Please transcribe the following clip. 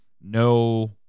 no